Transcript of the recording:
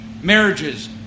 marriages